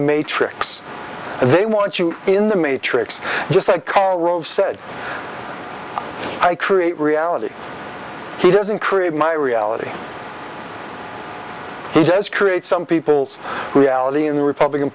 matrix they want you in the matrix just like karl rove said i create reality he doesn't create my reality he does create some people's reality in the republican